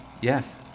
Yes